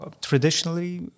Traditionally